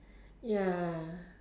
ya